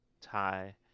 tie